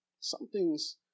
Something's